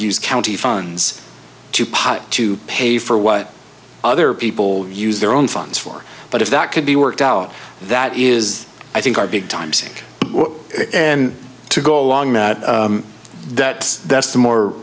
use county funds to pot to pay for what other people use their own funds for but if that could be worked out that is i think our big timesink and to go along that that that's the more